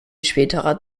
späterer